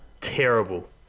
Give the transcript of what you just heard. terrible